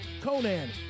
Conan